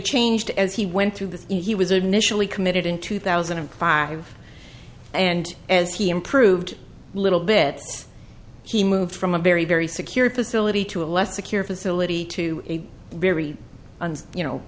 changed as he went through this he was initially committed in two thousand and five and as he improved a little bit he moved from a very very secure facility to a less secure facility to a very you know